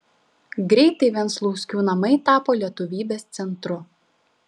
greitai venclauskių namai tapo lietuvybės centru